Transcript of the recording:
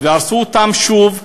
והרסו אותם שוב,